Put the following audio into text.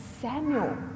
Samuel